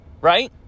right